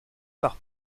par